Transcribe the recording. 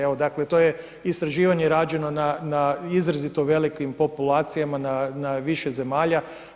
Evo dakle to je, istraživanje rađeno na izrazito velikim populacijama na više zemalja.